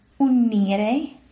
unire